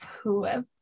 whoever